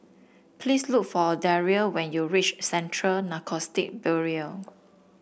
please look for Daria when you reach Central Narcotics Bureau